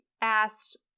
asked